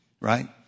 Right